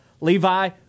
Levi